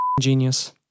genius